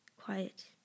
quiet